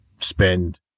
spend